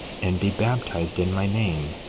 and be baptized in my name,